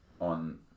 on